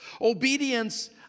Obedience